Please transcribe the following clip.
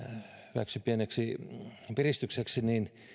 hyväksi pieneksi piristykseksi